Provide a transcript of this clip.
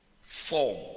Form